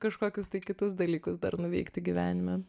kažkokius tai kitus dalykus dar nuveikti gyvenime